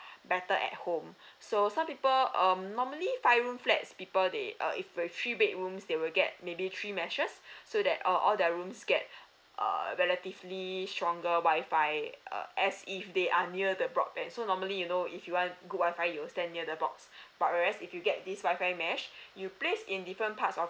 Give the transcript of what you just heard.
better at home so some people um normally five room flats people they uh if with three bedrooms they will get maybe three meshes so that uh all the rooms get err relatively stronger WI-FI uh as if they are near the broadband so normally you know if you want go WI-FI you will stand near the box but whereas if you get these WI-FI mesh you place in different parts of